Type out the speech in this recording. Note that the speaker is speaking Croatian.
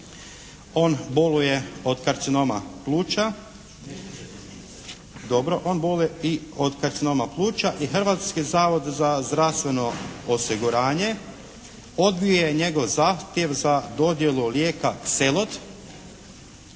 On boluje od karcinoma pluća i Hrvatski zavod za zdravstveno osiguranje odbio je njegov zahtjev za dodjelu lijeka "Xelod"